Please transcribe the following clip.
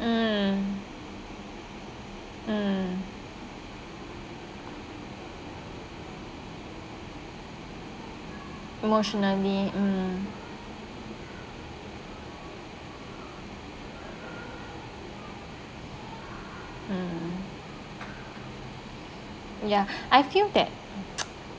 mm mm emotionally mm mm ya I feel that